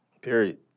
Period